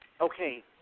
Okay